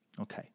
Okay